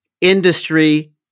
industry